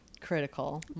critical